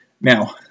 Now